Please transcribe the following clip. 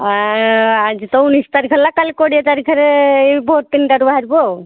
ଆଜି ତ ଉଣେଇଶ ତାରିଖ ହେଲା କାଲି କୋଡ଼ିଏ ତାରିଖରେ ଏଇ ଭୋର ତିନିଟାରୁ ବାହାରିବୁ ଆଉ